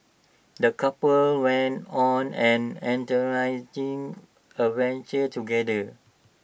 the couple went on an adventure together